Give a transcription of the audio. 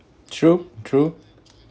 true true